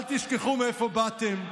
אל תשכחו מאיפה באתם,